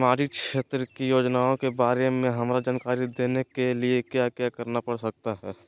सामाजिक क्षेत्र की योजनाओं के बारे में हमरा जानकारी देने के लिए क्या क्या करना पड़ सकता है?